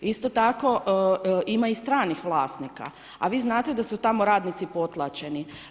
Isto tako, ima i stranih vlasnika, a vi znate da su tamo radnici potlačeni.